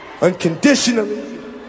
unconditionally